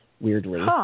weirdly